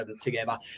together